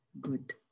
good